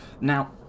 Now